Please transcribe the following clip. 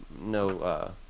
no